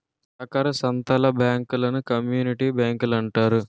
సాకార సంత్తల బ్యాంకులను కమ్యూనిటీ బ్యాంకులంటారు